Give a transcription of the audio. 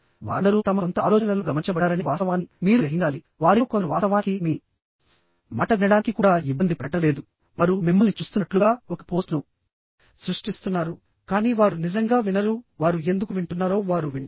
వారందరూ తమ సొంత ఆలోచనలలో గమనించబడ్డారనే వాస్తవాన్ని మీరు గ్రహించాలి వారిలో కొందరు వాస్తవానికి మీ మాట వినడానికి కూడా ఇబ్బంది పడటం లేదు వారు మిమ్మల్ని చూస్తున్నట్లుగా ఒక పోస్ట్ను సృష్టిస్తున్నారు కానీ వారు నిజంగా వినరు వారు ఎందుకు వింటున్నారో వారు వింటారు